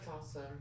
awesome